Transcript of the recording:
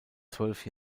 zwölf